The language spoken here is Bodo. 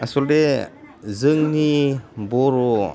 आसलथे जोंनि बर'